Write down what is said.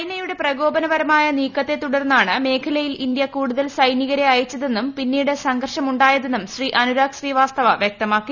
ചൈനയുടെ പ്രകോപനപരമായ നീക്കത്തെ തുടർന്ന് മേഖലയിൽ ഇന്ത്യ കൂടുതൽ സൈനികരെ അയച്ചതെന്നും പിന്നീട് സംഘർഷമുണ്ടായെന്നും ശ്രീ വ്യക്തമാക്കി